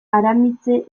aramitse